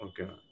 Okay